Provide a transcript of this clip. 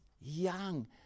young